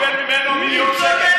כי הוא לא קיבל ממנו מיליון שקל.